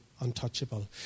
untouchable